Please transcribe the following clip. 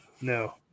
No